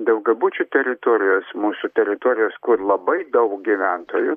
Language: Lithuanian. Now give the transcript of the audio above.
daugiabučių teritorijos mūsų teritorijos kur labai daug gyventojų